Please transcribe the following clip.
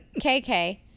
KK